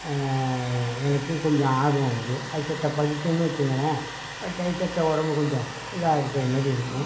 எனக்கு கொஞ்சம் ஆர்வம் உண்டு அது செத்த படித்தோன்னு வச்சுங்களேன் செத்த உடம்பு கொஞ்சம் இதாயிருக்குற மாரி இருக்கும்